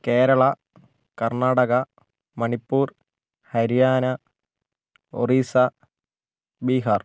Keralam Karnataka Manipur Haryana Orissa Bihar